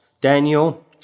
Daniel